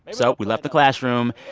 so we left the classroom.